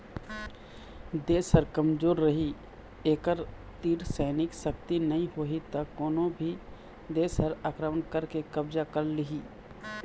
देश ह कमजोर रहि एखर तीर सैनिक सक्ति नइ होही त कोनो भी देस ह आक्रमण करके कब्जा कर लिहि